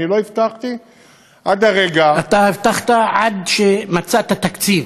אני לא הבטחתי עד הרגע, אתה הבטחת עד שמצאת תקציב.